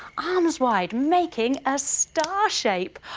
arms wide, making a star shape!